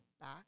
back